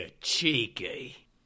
cheeky